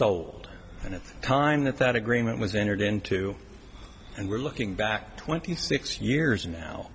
the time that that agreement was entered into and we're looking back twenty six years now